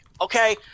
Okay